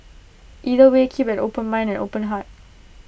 either way keep an open mind and open heart